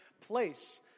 place